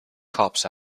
cops